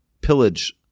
pillage